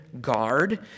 guard